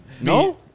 No